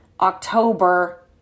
October